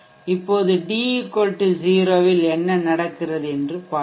இப்போது d 0 இல் என்ன நடக்கிறது என்று பார்ப்போம்